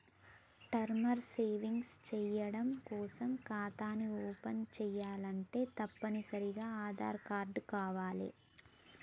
term savings చెయ్యడం కోసం ఖాతాని ఓపెన్ చేయాలంటే తప్పనిసరిగా ఆదార్ కార్డు కావాలే